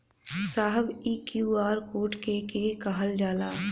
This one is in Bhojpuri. साहब इ क्यू.आर कोड के के कहल जाला?